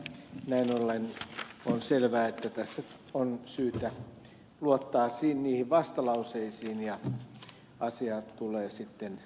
näin ollen on selvää että tässä on syytä luottaa niihin vastalauseisiin ja asia tulee sitten äänestykseen